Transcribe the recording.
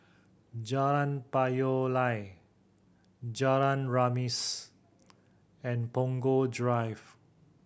Jalan Payoh Lai Jalan Remis and Punggol Drive